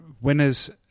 winner's